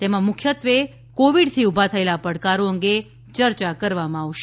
તેમાં મુખ્યત્વે કોવિડથી ઉભા થયેલા પડકારો અંગે ચર્ચા કરવામાં આવશે